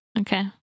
Okay